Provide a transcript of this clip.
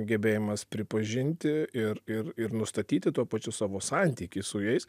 gebėjimas pripažinti ir ir ir nustatyti tuo pačiu savo santykį su jais